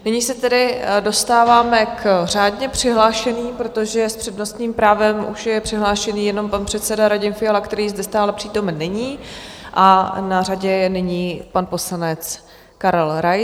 Nyní se tedy dostáváme k řádně přihlášeným, protože s přednostním právem už je přihlášený jenom pan předseda Radim Fiala, který zde stále přítomen není, a na řadě je nyní pan poslanec Karel Rais.